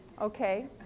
Okay